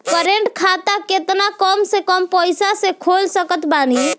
Current खाता केतना कम से कम पईसा से खोल सकत बानी?